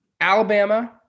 Alabama